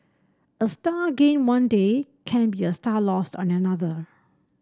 a star gained one day can be a star lost on another